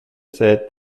said